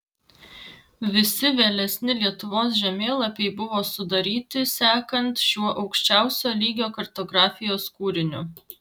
visi vėlesni lietuvos žemėlapiai buvo sudaryti sekant šiuo aukščiausio lygio kartografijos kūriniu